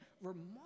remarkable